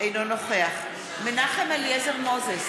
אינו נוכח מנחם אליעזר מוזס,